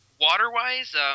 water-wise